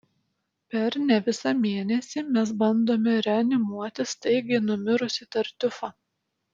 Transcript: per ne visą mėnesį mes bandome reanimuoti staigiai numirusį tartiufą